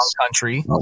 country